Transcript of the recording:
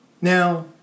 Now